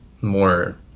more